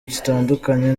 gitandukanye